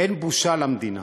אין בושה למדינה.